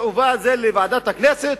הובאה לוועדת הכנסת,